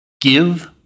give